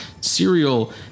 cereal